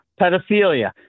pedophilia